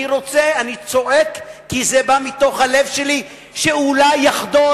אני צועק כי זה בא מתוך הלב שלי שאולי יחדור